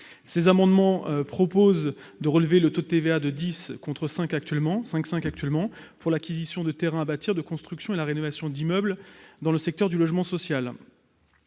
Ces amendements tendent à relever le taux de TVA à 10 %, contre 5,5 % actuellement, pour l'acquisition de terrains à bâtir, la construction et la rénovation d'immeubles dans le secteur du logement social.